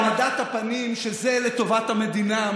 לקבור את העמדת הפנים שזה לטובת המדינה,